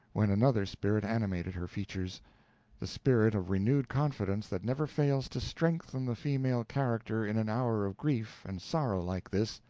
when another spirit animated her features the spirit of renewed confidence that never fails to strengthen the female character in an hour of grief and sorrow like this,